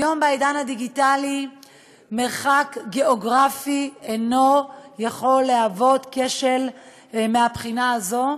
היום בעידן הדיגיטלי מרחק גיאוגרפי אינו יכול להוות כשל מהבחינה הזו,